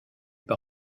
par